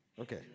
Okay